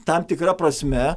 tam tikra prasme